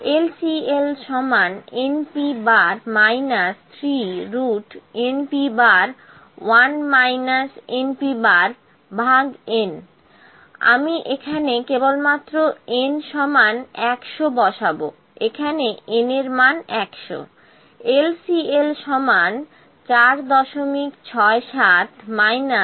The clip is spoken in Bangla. LCL np 3npN আমি এখানে কেবলমাত্র N সমান 100 বসাবো এখানে N এর মান 100